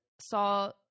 saw